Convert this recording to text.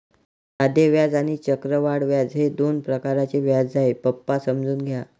साधे व्याज आणि चक्रवाढ व्याज हे दोन प्रकारचे व्याज आहे, पप्पा समजून घ्या